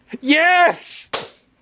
Yes